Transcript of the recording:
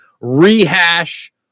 rehash